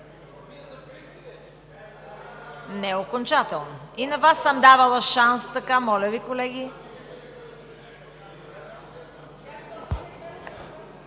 е окончателно. И на Вас съм давала шанс така. Моля Ви, колеги!